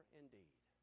indeed